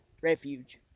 Refuge